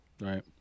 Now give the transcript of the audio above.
Right